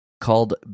called